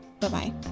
Bye-bye